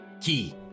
key